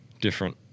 Different